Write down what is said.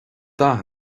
dath